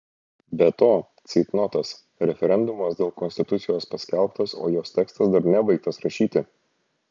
be to ceitnotas referendumas dėl konstitucijos paskelbtas o jos tekstas dar nebaigtas rašyti